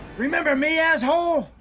remember me, asshole?